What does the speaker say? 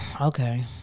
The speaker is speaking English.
Okay